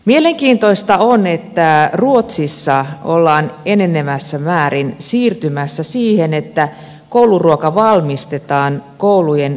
mielenkiintoista on että ruotsissa ollaan enenevässä määrin siirtymässä siihen että kouluruoka valmistetaan koulujen lähikeittiöissä